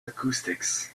acoustics